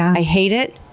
i hate it,